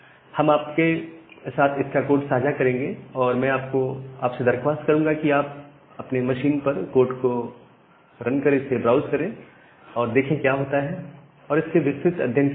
हम आपके साथ इसका कोड साझा करेंगे और मैं आपसे दरख्वास्त करूंगा कि आप अपने मशीन पर कोड को रन कर इसे ब्राउज़ करें और देखें क्या होता है और इसके विस्तृत अध्ययन की समझ ले